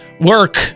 work